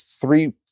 three